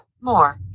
More